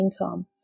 income